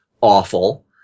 awful